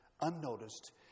unnoticed